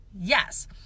Yes